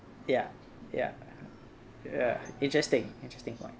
ya ya ya interesting interesting point